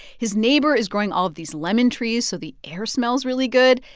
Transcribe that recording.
his neighbor is growing all of these lemon trees, so the air smells really good.